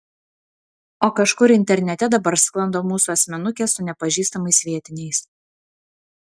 o kažkur internete dabar sklando mūsų asmenukės su nepažįstamais vietiniais